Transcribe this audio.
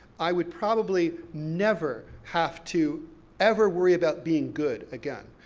i would probably never have to ever worry about being good again.